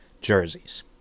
jerseys